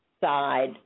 side